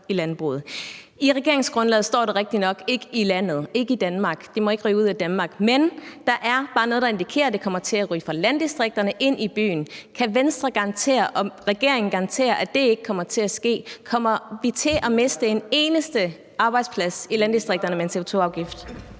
I regeringsgrundlaget står der rigtig nok, at de ikke må ryge ud af Danmark, men der er bare noget, der indikerer, at de kommer til at ryge fra landdistrikterne ind i byen. Kan Venstre og regeringen garantere, at det ikke kommer til at ske? Kommer vi til at miste en eneste arbejdsplads i landdistrikterne med en CO2-afgift?